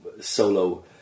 solo